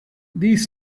these